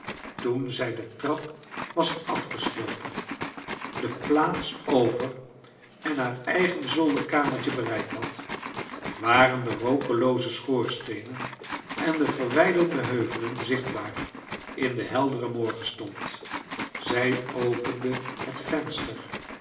toen zij de trap was afgeslopen de plaats over en haar eigen zolderkamertje bereikt had waren de rookelooze schoorsteenen en de verwijderde heuvelen zichtbaar in den helderen morgenstond zij opende het venster